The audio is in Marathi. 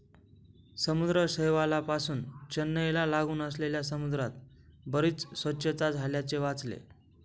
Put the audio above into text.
समुद्र शेवाळापासुन चेन्नईला लागून असलेल्या समुद्रात बरीच स्वच्छता झाल्याचे वाचले